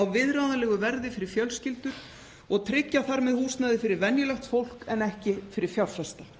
á viðráðanlegu verði fyrir fjölskyldur og tryggja þar með húsnæði fyrir venjulegt fólk en ekki fyrir fjárfesta.